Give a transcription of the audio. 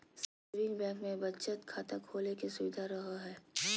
saving bank मे बचत खाता खोले के सुविधा रहो हय